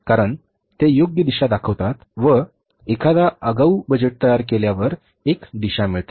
कारण ते योग्य दिशा दाखवतात व एकदा आगाऊ बजेट तयार केल्यावर एक दिशा मिळते